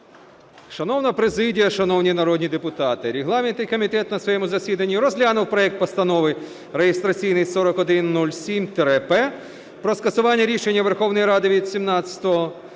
Шановна президія, шановні народні депутати, регламентний комітет на своєму засіданні розглянув проект Постанови (реєстраційний 4107-П) про скасування рішення Верховної Ради від 17 червня